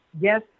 yes